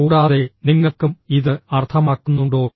കൂടാതെ നിങ്ങൾക്കും ഇത് അർത്ഥമാക്കുന്നുണ്ടോ